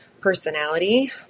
personality